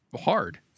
hard